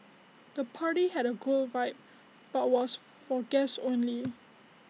the party had A cool vibe but was for guests only